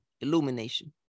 illumination